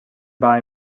bai